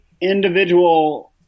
individual